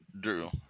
Drew